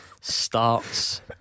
starts